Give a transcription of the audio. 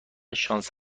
شانس